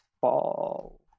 fall